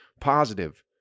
positive